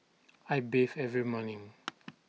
I bathe every morning